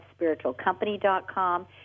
spiritualcompany.com